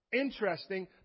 interesting